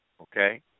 okay